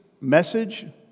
message